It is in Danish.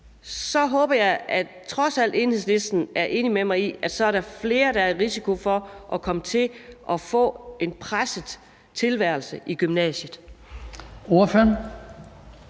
håber jeg, at Enhedslisten trods alt er enig med mig i, at der så er flere, der er i risiko for at få en presset tilværelse i gymnasiet.